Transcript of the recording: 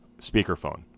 Speakerphone